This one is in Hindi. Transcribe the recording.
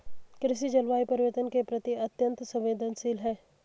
कृषि जलवायु परिवर्तन के प्रति अत्यंत संवेदनशील है